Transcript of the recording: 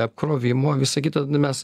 apkrovimo visa kita nu mes